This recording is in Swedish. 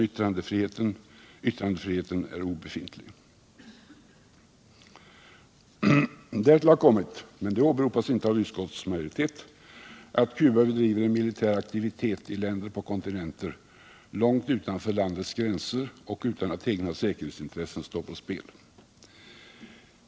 Yttrandefriheten är obefintlig. Därtill har kommit, men det åberopas inte av utskottets majoritet, att Cuba bedriver militär aktivitet i länder och på kontinenter långt utanför landets gränser och utan att egna säkerhetsintressen står på spel.